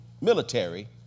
military